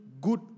good